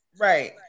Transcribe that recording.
right